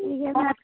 ठीक ऐ